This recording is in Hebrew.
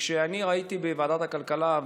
כשאני ראיתי בוועדת הכלכלה,